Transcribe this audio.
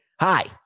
hi